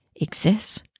exists